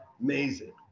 amazing